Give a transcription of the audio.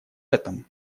этом